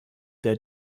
der